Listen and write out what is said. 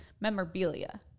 memorabilia